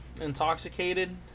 intoxicated